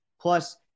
plus